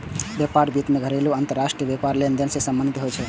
व्यापार वित्त घरेलू आ अंतरराष्ट्रीय व्यापार लेनदेन सं संबंधित होइ छै